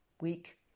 week